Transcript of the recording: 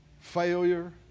failure